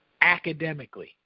academically